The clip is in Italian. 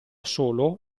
solo